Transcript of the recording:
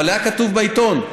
אבל היה כתוב בעיתון.